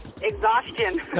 Exhaustion